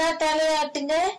தலையாட்டுங்க:thalaiyaatunga